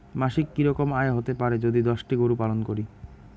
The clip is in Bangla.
মাসিক কি রকম আয় হতে পারে যদি দশটি গরু পালন করি?